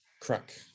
crack